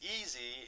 easy